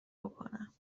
بکنم